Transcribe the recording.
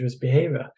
behavior